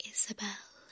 Isabel